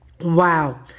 Wow